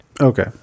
okay